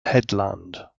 headland